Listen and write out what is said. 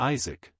Isaac